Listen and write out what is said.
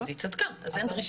אז היא צדקה, אין דרישה.